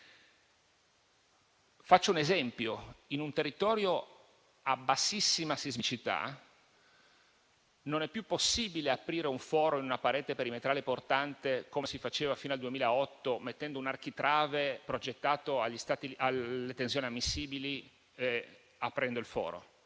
Faccio un esempio. In un territorio a bassissima sismicità non è più possibile aprire un foro in una parete perimetrale portante - come si faceva fino al 2008 - mettendo un architrave progettato alle tensioni ammissibili e aprendo il foro: